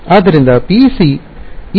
ಆದ್ದರಿಂದ PEC Ez 0 ಗೆ ಸಮಾನವಾಗಿರುತ್ತದೆ